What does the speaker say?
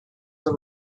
the